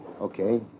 Okay